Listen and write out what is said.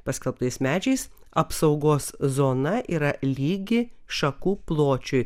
paskelbtais medžiais apsaugos zona yra lygi šakų pločiui